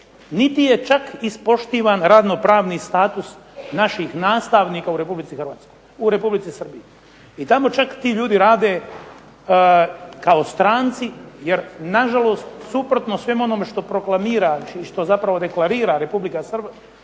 niti je čak ispoštivan radno pravni status naših nastavnika u Republici Srbiji. I tamo čak ti ljudi rade kao stranci, jer na žalost suprotno svemu onome što proklamira i Republika Srbija